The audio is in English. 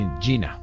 Gina